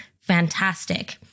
fantastic